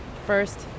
first